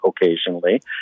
occasionally